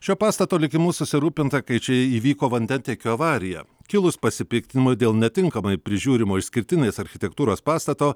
šio pastato likimu susirūpinta kai čia įvyko vandentiekio avarija kilus pasipiktinimui dėl netinkamai prižiūrimo išskirtinės architektūros pastato